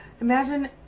imagine